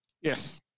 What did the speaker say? Yes